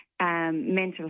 Mental